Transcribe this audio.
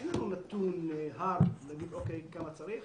אין לנו נתון הארד להגיד כמה צריך,